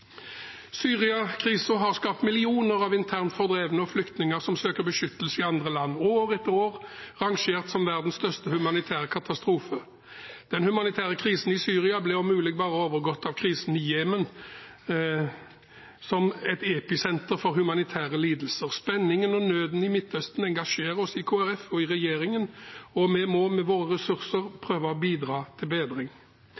har skapt millioner av internt fordrevne og flyktninger som søker beskyttelse i andre land, og er år etter år rangert som verdens største humanitære katastrofe. Den humanitære krisen i Syria ble om mulig bare overgått av krisen i Jemen, som et episenter for humanitære lidelser. Spenningen og nøden i Midtøsten engasjerer oss i Kristelig Folkeparti og i regjeringen, og vi må med våre ressurser